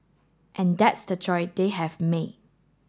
and that's the choice they have made